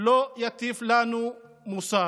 לא יטיף לנו מוסר.